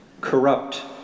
corrupt